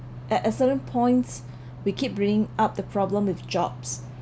at a certain points we keep bringing up the problem with jobs